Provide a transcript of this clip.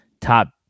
top